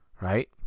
right